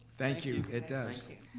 thank you, it does.